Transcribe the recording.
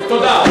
תודה.